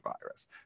virus